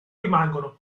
rimangono